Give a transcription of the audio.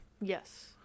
Yes